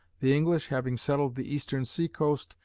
the english, having settled the eastern sea-coast,